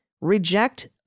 reject